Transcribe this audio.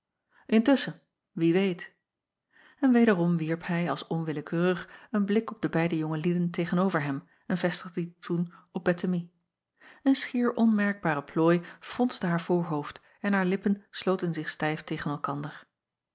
wie weet n wederom wierp hij als onwillekeurig een blik op de beide jonge lieden tegen-over hem en vestigde dien toen op ettemie en schier onmerkbare plooi fronste haar voorhoofd en haar lippen sloten zich stijf tegen elkander